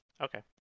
okay